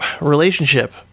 relationship